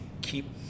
keep